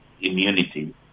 immunity